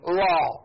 law